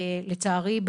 לצערי,